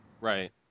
Right